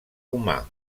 humà